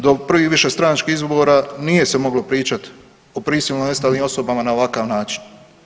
Do prvih višestranačkih izbora nije se moglo pričati o prisilno nestalim osobama na ovakav način.